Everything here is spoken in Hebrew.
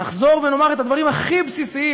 נחזור ונאמר את הדברים הכי בסיסיים,